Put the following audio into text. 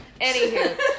Anywho